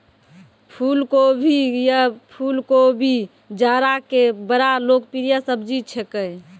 फुलगोभी या फुलकोबी जाड़ा के बड़ा लोकप्रिय सब्जी छेकै